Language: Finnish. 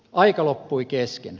aika loppui kesken